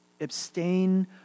Abstain